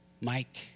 Mike